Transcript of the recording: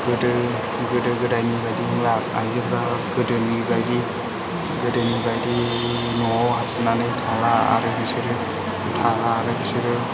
गोदो गोदो गोदायनि बायदि नंला आइजोफोरा गोदोनि बायदि गोदोनि बायदि न'आव हाबसोनानै थाला आरो बिसोरो